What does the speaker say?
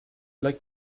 like